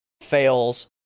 fails